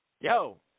Yo